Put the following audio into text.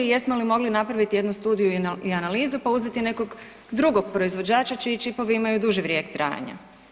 Jesmo li mogli napraviti jednu studiju i analizu, pa uzeti nekog drugog proizvođača čiji čipovi imaju duži vijek trajanja?